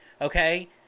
okay